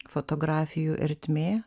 fotografijų ertmė